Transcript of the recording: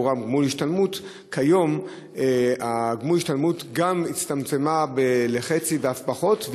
כיום גמול ההשתלמות גם הצטמצם לחצי ואף פחות,